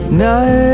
night